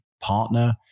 partner